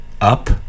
Up